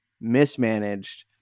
mismanaged